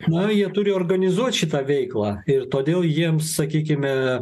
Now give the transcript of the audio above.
na jie turi organizuot šitą veiklą ir todėl jiems sakykime